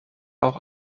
auch